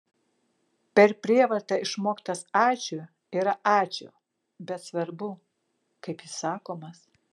per prievartą išmoktas ačiū yra ačiū bet svarbu kaip jis sakomas